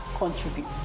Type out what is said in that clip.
contribute